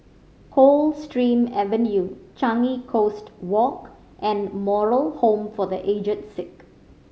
Coldstream Avenue Changi Coast Walk and Moral Home for The Aged Sick